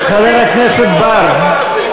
על הדבר הזה,